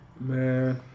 Man